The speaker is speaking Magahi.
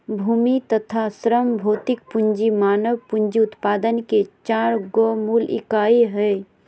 भूमि तथा श्रम भौतिक पूँजी मानव पूँजी उत्पादन के चार गो मूल इकाई हइ